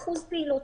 ב-100% פעילות.